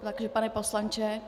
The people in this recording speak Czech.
Takže pane poslanče.